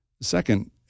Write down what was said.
Second